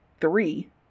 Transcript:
three